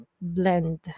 blend